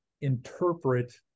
interpret